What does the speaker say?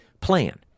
plan